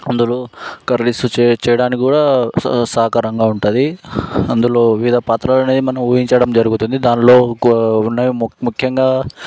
అందులో కర్రీస్ చెయ్యిచ్చడానికి కూడా సహకారంగా ఉంటుంది అందులో వివిధ పాత్రలు అనేది ఊహించడం జరుగుతుంది దానిలో ఒక ముఖ్యంగా